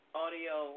audio